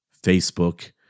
Facebook